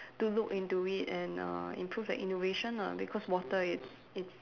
to look into it and uh improve the innovation lah because water is is